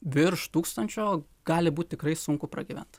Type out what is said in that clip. virš tūkstančio gali būt tikrai sunku pragyvent